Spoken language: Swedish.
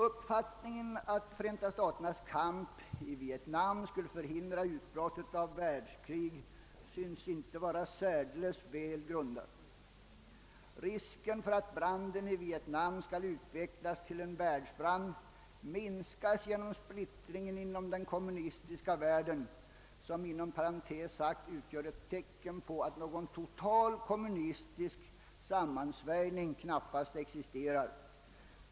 Uppfattningen att Förenta staternas kamp i Vietnam skulle förhindra utbrott av världskrig synes inte vara särdeles väl grundad. Risken för att branden i Vietnam skall utvecklas till en världsbrand minskas genom splittringen inom den kommunistiska världen. Den utgör inom parentes sagt ett tecken på att någon total kommunistisk sammansvärjning knappast existerar.